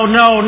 no